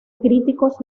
críticos